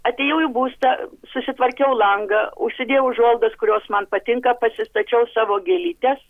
atėjau į būstą susitvarkiau langą užsidėjau užuolaidas kurios man patinka pasistačiau savo gėlytes